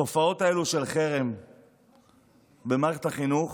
התופעות האלה של חרם במערכת החינוך